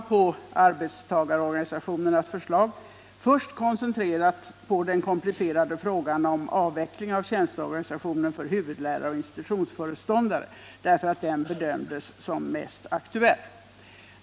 På arbetstagarorganisationernas förslag har man först koncentrerat intresset på den komplicerade frågan om avveckling av tjänsteorganisationen för huvudlärare och institutionsföreståndare, eftersom den frågan bedömdes vara mest aktuell.